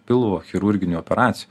pilvo chirurginių operacijų